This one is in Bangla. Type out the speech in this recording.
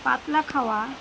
পাতলা খাওয়া